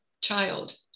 child